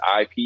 IP